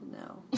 No